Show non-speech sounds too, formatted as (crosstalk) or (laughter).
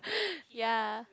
(breath) ya